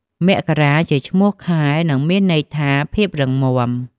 មករា ជាឈ្មោះខែ និងមានន័យថា ភាពរឹងមាំ។